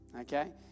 okay